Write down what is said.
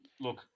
look